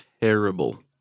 terrible